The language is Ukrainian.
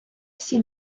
всі